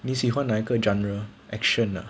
你喜欢哪个 genre action ah